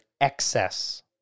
excess